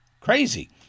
Crazy